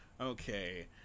Okay